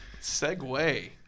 segue